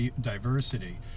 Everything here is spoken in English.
diversity